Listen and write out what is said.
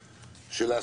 לדוגמה,